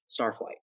Starflight